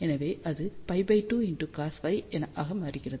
எனவே அது π2 cosΦ ஆக மாறுகிறது